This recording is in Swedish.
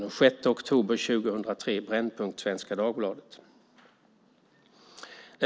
Den är från Brännpunkt i Svenska Dagbladet den 6 oktober 2003.